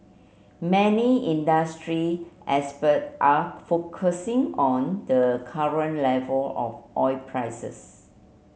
many industry experts are focusing on the current level of oil prices